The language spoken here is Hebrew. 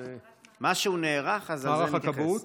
למה שהוא נערך, לזה נתייחס.